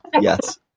Yes